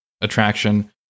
attraction